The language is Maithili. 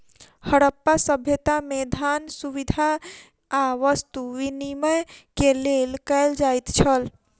हरप्पा सभ्यता में, धान, सुविधा आ वस्तु विनिमय के लेल कयल जाइत छल